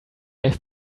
have